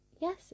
Yes